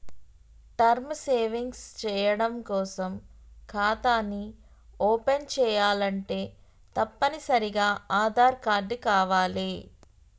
term savings చెయ్యడం కోసం ఖాతాని ఓపెన్ చేయాలంటే తప్పనిసరిగా ఆదార్ కార్డు కావాలే